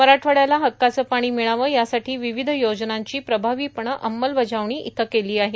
मराठवाड्याला हक्काचं पाणी भ्मिळावं यासाठी र्र्वावध योजनांची प्रभावीपणे अंमलबजावणी इथं केलो आहे